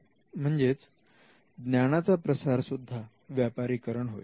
म्हणजेच ज्ञानाचा प्रसार सुद्धा व्यापारीकरण होय